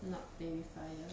not play with fire